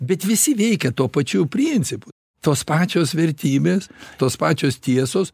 bet visi veikia tuo pačiu principu tos pačios vertybės tos pačios tiesos